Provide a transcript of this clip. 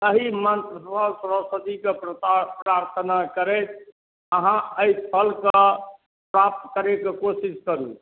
ताहि मन्त्रसँ सरस्वतीके प्रार्थना करैत अहाँ एहि फल के प्राप्त करै के कोशिश करू